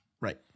Right